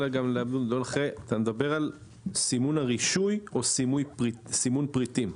אתה מדבר על סימון הרישוי או סימון פריטים?